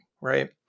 right